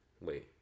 Wait